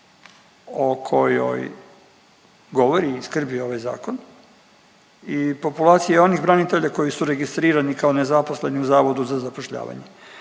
o kojoj govori i skrbi ovaj zakon i populacije onih branitelja koji su registrirani kao nezaposleni u Zavodu za zapošljavanje.